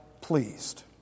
pleased